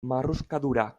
marruskadura